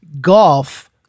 golf